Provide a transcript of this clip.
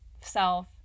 self